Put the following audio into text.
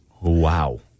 Wow